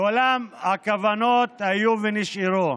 ולעולם הכוונות היו ונשארו.